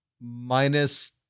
minus